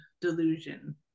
delusion